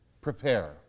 Prepare